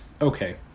okay